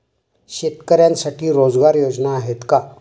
शेतकऱ्यांसाठी रोजगार योजना आहेत का?